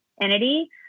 entity